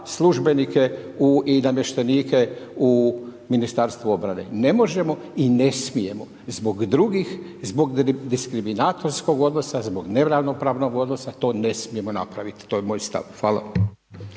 službenike i namještenike u Ministarstvu obrane, ne možemo i ne smijemo zbog drugih, zbog diskriminatorskog odnosa, zbog neravnopravnog odnosa, to ne smijemo napravit. To je moj stav. Hvala.